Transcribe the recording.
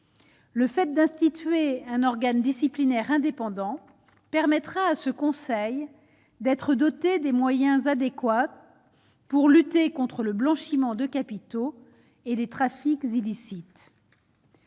le fait d'instituer un organe disciplinaire indépendant permettra à ce conseil d'être doté des moyens adéquats pour lutter contre le blanchiment de capitaux et les traffics illicites.